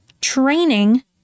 training